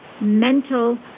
mental